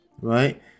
right